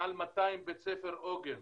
מעל 200 בתי ספר עוגן,